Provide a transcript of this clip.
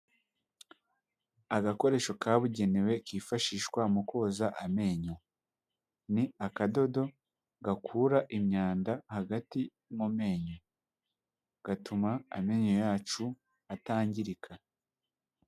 Agakoresho kabugenewe kifashishwa mu koza amenyo, ni akadodo gakura imyanda hagati mu menyo gatuma amenyo yacu atangirika.